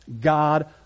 God